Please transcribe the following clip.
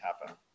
happen